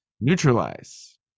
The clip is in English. neutralize